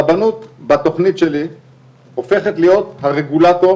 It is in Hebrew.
הרבנות בתכנית שלי הופכת להיות הרגולטור